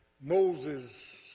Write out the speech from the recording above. Moses